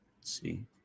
see